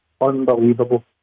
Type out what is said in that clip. unbelievable